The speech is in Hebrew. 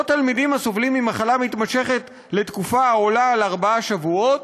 או תלמידים הסובלים ממחלה מתמשכת לתקופה העולה על ארבעה שבועות,